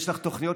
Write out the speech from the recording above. יש לך תוכניות,